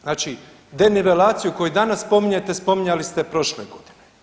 Znači denivelaciju koju danas spominjete spominjali ste prošle godine.